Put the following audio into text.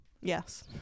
yes